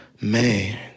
man